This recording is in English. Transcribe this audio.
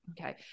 okay